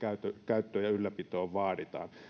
käyttöön ja ylläpitoon vaaditaan